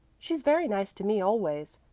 she's very nice to me always,